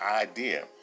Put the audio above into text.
idea